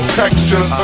texture